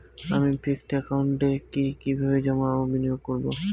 আমি ফিক্সড একাউন্টে কি কিভাবে জমা ও বিনিয়োগ করব?